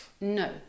no